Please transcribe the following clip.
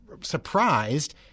surprised